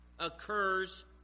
occurs